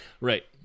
Right